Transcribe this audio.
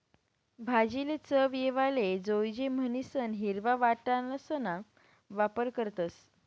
भाजीले चव येवाले जोयजे म्हणीसन हिरवा वटाणासणा वापर करतस